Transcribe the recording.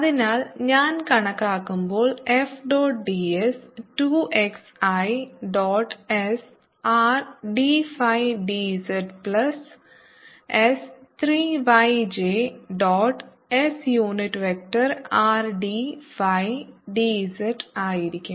അതിനാൽ ഞാൻ കണക്കാക്കുമ്പോൾ F dot ds 2 x i dot s R d phi d z പ്ലസ്s 3 y j dot s unit vector R d phi d z ആയിരിക്കും